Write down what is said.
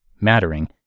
mattering